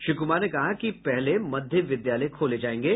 श्री कुमार ने कहा कि पहले मध्य विद्यालय खोले जायेंगे